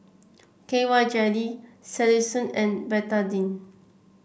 K Y Jelly Selsun and Betadine